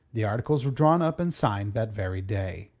the articles were drawn up and signed that very day.